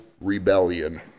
rebellion